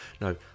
no